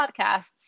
podcasts